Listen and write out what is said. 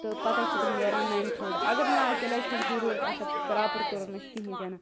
تہٕ پتہٕ حظ چھِ تِم نیران نَنہِ تھوڑا اگر نہٕ آسہِ تیٚلہِ حظ چھَنہٕ ضروٗرت آسان کرٛاپُر تُلنٕچ کِہیٖنۍ تہِ نہٕ